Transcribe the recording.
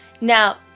Now